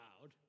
loud